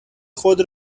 خود